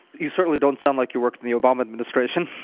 you certainly don't sound like you worked in the obama administration.